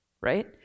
Right